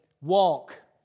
Walk